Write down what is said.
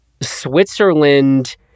Switzerland